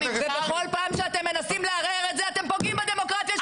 ובכל פעם שאתם מנסים לערער את זה אתם פוגעים בדמוקרטיה של מדינת ישראל.